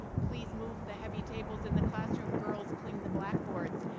please move the heavy tables in the classroom girls, clean the blackboards.